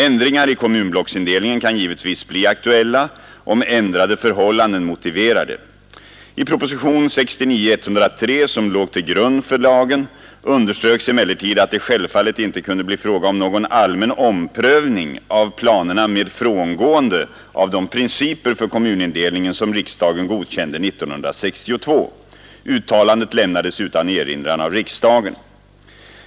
Ändringar i kommunblocksindelningen kan givetvis bli aktuella, om ändrade förhållanden motiverar det. I propositionen 1969:103, som låg till grund för lagen, underströks emellertid att det självfallet inte kunde bli fråga om någon allmän omprövning av planerna med frångående av de principer för kommunindelningen som riksdagen godkände 1962. Uttalandet lämnades utan erinran av riksdagen.